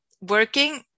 working